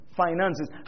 finances